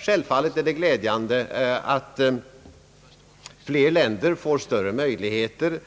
Självfallet är det glädjande att fler länder får större möjligheter